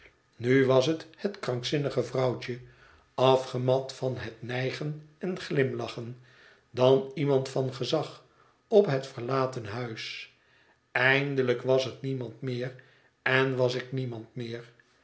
nu was het het krankzinnige vrouwtje afgemat van het nijgen en glimlachen dan iemand van gezag op het verlaten huis eindelijk was het niemand meer en was ik niemand meer